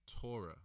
Torah